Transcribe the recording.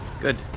Good